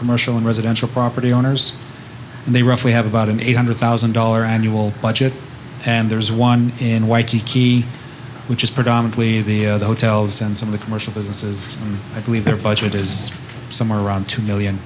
commercial and residential property owners and they rough we have about an eight hundred thousand dollar annual budget and there's one in waikiki which is predominately the hotels and some of the commercial businesses and i believe their budget is somewhere around two million